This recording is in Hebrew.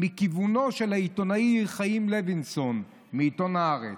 מכיוונו של העיתונאי חיים לוינסון מעיתון הארץ.